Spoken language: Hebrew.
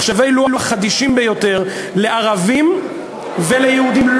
מחשבי לוח חדישים ביותר, לערבים וליהודים.